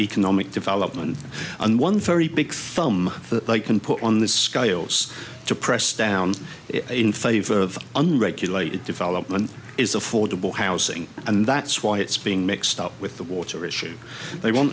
economic development and one very big fight um that they can put on the scales to press down in favor of unregulated development is affordable housing and that's why it's being mixed up with the water issue they w